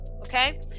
Okay